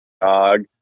dog